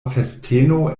festeno